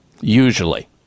usually